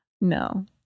No